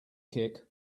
kick